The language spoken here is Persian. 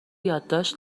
یادداشت